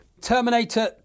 Terminator